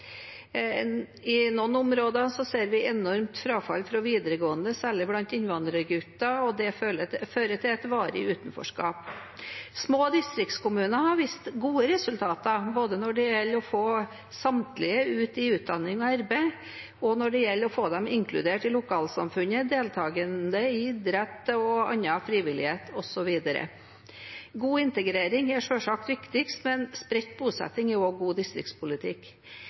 I noen områder ser vi et enormt frafall fra videregående, særlig blant innvandrergutter, og det fører til et varig utenforskap. Små distriktskommuner har vist gode resultater, både når det gjelder å få samtlige ut i utdanning og arbeid, og når det gjelder å få dem inkludert i lokalsamfunnet, deltakende i idrett, annen frivillighet, osv. God integrering er selvsagt viktigst, men spredt bosetting er også god distriktspolitikk.